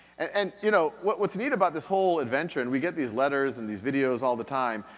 and you know, what's neat about this whole adventure, and we get these letters and these videos all the time,